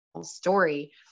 story